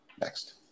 Next